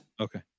Okay